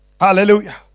Hallelujah